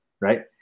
right